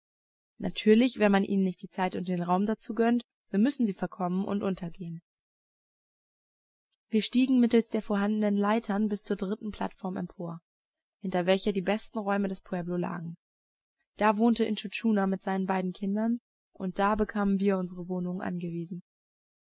natürlich wenn man ihnen nicht die zeit und den raum dazu gönnt so müssen sie verkommen und untergehen wir stiegen mittels der vorhandenen leitern bis zur dritten plattform empor hinter welcher die besten räume des pueblo lagen da wohnte intschu tschuna mit seinen beiden kindern und da bekamen wir unsere wohnung angewiesen